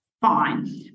fine